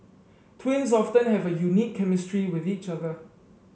twins often have a unique chemistry with each other